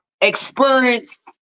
experienced